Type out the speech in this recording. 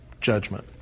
judgment